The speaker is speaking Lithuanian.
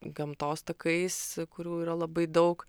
gamtos takais kurių yra labai daug